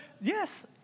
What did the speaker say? Yes